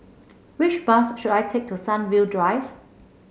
which bus should I take to Sunview Drive